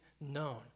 known